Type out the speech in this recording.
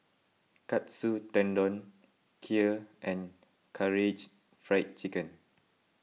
Katsu Tendon Kheer and Karaage Fried Chicken